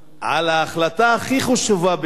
על ההחלטה הכי חשובה בעיני,